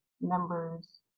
members